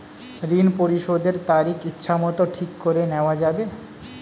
ঋণ পরিশোধের তারিখ ইচ্ছামত ঠিক করে নেওয়া যাবে?